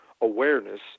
awareness